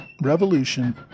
Revolution